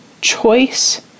choice